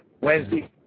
Wednesday